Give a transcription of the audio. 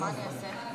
מה אני אעשה?